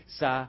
sa